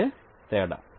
ఇదే తేడా